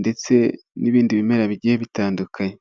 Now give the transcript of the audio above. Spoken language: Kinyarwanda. ndetse n'ibindi bimera bigiye bitandukanye.